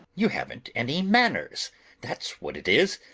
you haven't any manners that's what it is!